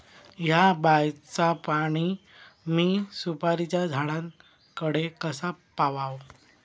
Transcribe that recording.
हया बायचा पाणी मी सुपारीच्या झाडान कडे कसा पावाव?